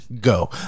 go